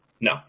No